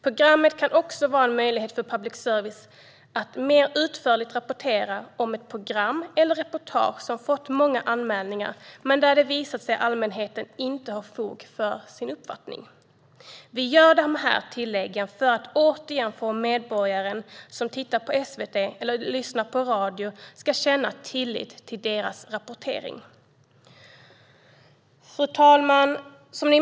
Programmet kan också vara en möjlighet för public service att rapportera mer utförligt om ett program eller reportage som har fått många anmälningar men där det visat sig att allmänheten inte haft fog för sin uppfattning. Vi vill göra de tilläggen för att medborgare som tittar på SVT eller lyssnar på radio återigen ska känna tillit till deras rapportering. Fru talman!